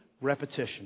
repetition